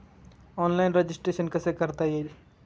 Online registration कसे करता येईल?